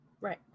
Right